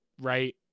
right